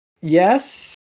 yes